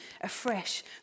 afresh